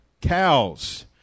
cows